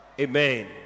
Amen